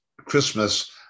Christmas